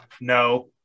No